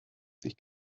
sich